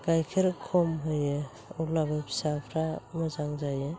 गायखेर खम होयो अब्लाबो फिसाफ्रा मोजां जायो